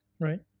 Right